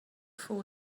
fall